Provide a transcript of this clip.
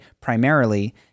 primarily